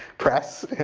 press,